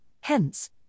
hence